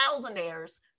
thousandaires